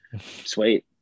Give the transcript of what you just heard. sweet